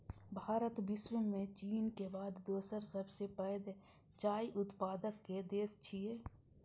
भारत विश्व मे चीन के बाद दोसर सबसं पैघ चाय उत्पादक देश छियै